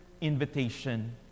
invitation